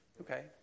Okay